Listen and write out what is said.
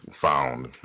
found